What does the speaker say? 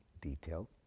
detail